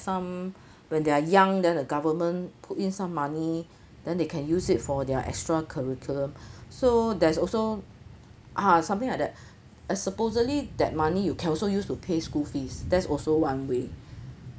some when they're young then the government put in some money then they can use it for their extra curriculum so there's also ah something like that and supposedly that money you can also use to pay school fees that's also one way